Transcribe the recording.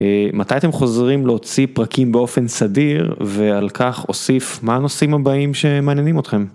מתי אתם חוזרים להוציא פרקים באופן סדיר ועל כך אוסיף מה הנושאים הבאים שמעניינים אתכם.